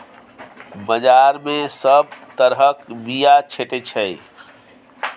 बजार मे सब तरहक बीया भेटै छै